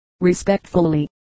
Respectfully